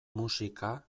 musika